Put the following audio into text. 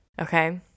okay